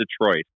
Detroit